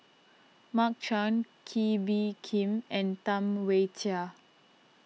Mark Chan Kee Bee Khim and Tam Wai Jia